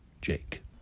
Jake